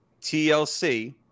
TLC